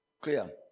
Clear